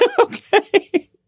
Okay